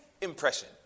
impression